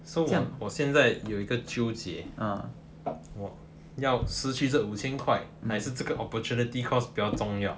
so 我现在有一个纠结我要失去这五千还是这个 opportunity cost 比较重要